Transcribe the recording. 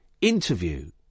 interview